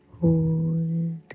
Hold